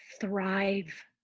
thrive